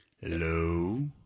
Hello